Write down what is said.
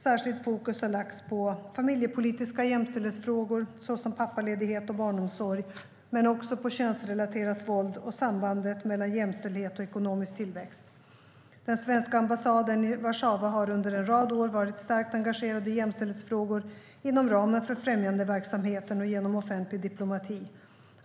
Särskilt fokus har lagts på familjepolitiska jämställdhetsfrågor såsom pappaledighet och barnomsorg, men också på könsrelaterat våld och sambandet mellan jämställdhet och ekonomisk tillväxt. Den svenska ambassaden i Warszawa har under en rad år varit starkt engagerad i jämställdhetsfrågor inom ramen för främjandeverksamheten och genom offentlig diplomati.